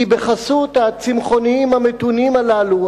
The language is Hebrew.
כי בחסות הצמחוניים המתונים הללו,